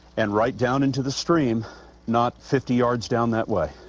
and right down into the stream not fifty yards down that way.